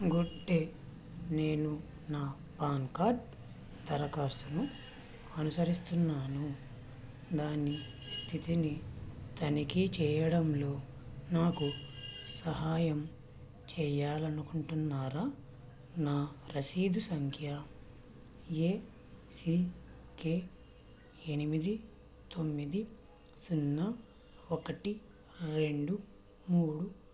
good day నేను నా PAN card దరఖాస్తును అనుసరిస్తున్నాను దాని స్థితిని తనిఖీ చేయడంలో నాకు సహాయం చెయ్యాలి అనుకుంటున్నారా నా రసీదు సంఖ్య ఏ సీ కే ఎనిమిది తొమ్మిది సున్నా ఒకటి రెండు మూడు